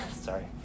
Sorry